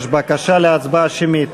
יש בקשה להצבעה שמית.